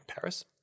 Paris